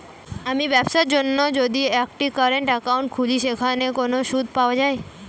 আমি ব্যবসার জন্য যদি একটি কারেন্ট একাউন্ট খুলি সেখানে কোনো সুদ পাওয়া যায়?